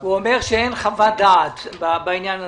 הוא אומר שאין חוות דעת בעניין הזה.